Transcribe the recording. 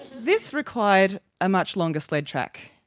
this required a much longer sled track,